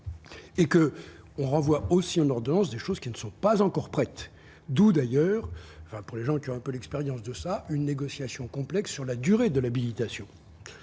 Et que on renvoie aussi au nord de 11 des choses qui ne sont pas encore prêtes, d'où d'ailleurs, enfin, pour les gens qui ont un peu l'expérience de ça une négociation complexe sur la durée de l'habitation,